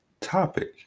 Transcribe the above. topic